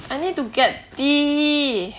I need to get D